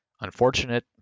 unfortunate